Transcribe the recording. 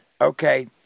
okay